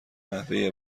نحوه